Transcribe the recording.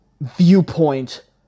viewpoint